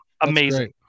Amazing